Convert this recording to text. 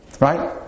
Right